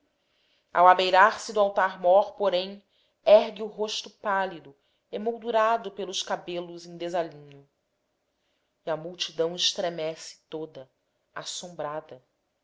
arfando ao abeirar se do altar-mor porém ergue o rosto pálido emoldurado pelos cabelos em desalinho e a multidão estremece toda assombrada